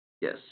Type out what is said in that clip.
Yes